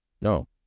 No